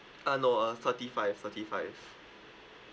uh no uh forty five forty five